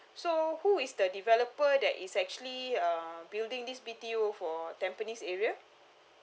so who is the developer that is actually uh building this B_T_O for tampines area